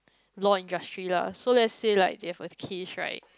law industry lah so let's say like there is a case right